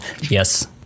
Yes